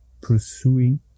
pursuing